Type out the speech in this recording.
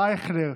ישראל אייכלר,